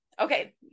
okay